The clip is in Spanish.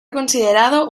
considerado